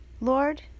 Lord